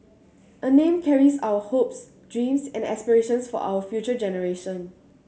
a name carries our hopes dreams and aspirations for our future generation